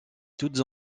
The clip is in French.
toutes